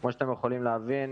כמו שאתם יכולים להבין,